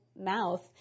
mouth